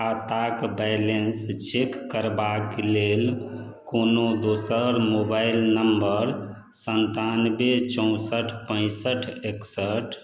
खाताक balance check करबाक लेल कोनो दोसर मोबाइल नंबर संतानबे चौसठ पैंसठ एकसठ